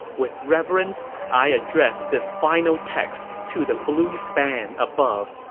with reverence i address this final text to the blue span above,